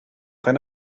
geen